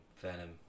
Venom